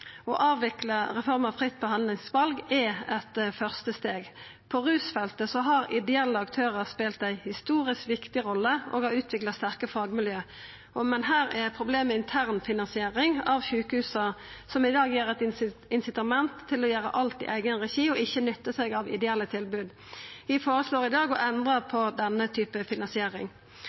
Å avvikla reforma fritt behandlingsval er eit første steg. På rusfeltet har ideelle aktørar spelt ei historisk viktig rolle og har utvikla sterke fagmiljø, men her er problemet intern finansiering av sjukehusa, som i dag gir eit insitament til å gjera alt i eigen regi og ikkje nytta seg av ideelle tilbod. Vi føreslår i dag å endra på denne typen finansiering.